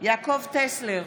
יעקב טסלר,